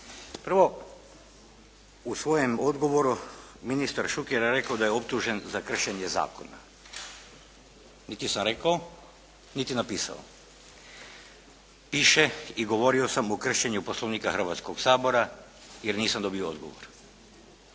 Prvo, u svojem odgovoru ministar Šuker je rekao da je optužen za kršenje zakona. Niti sam rekao niti napisao. Piše i govorio sam o kršenju Poslovnika Hrvatskog sabora jer nisam dobio odgovor.